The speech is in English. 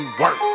work